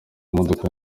imodoka